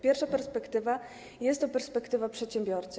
Pierwsza perspektywa jest to perspektywa przedsiębiorcy.